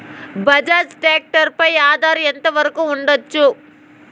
Bajaj tractor పై offer ఎంత వరకు ఉండచ్చు?